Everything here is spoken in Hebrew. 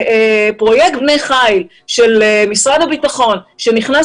פרויקט בני חיל של משרד הביטחון שנכנס